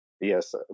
Yes